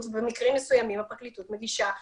ובמקרים מסוימים הפרקליטה מגישה ערר,